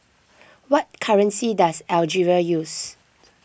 what currency does Algeria use